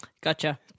Gotcha